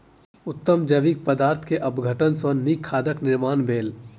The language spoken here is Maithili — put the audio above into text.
उत्तम जैविक पदार्थ के अपघटन सॅ नीक खादक निर्माण भेल